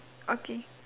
okay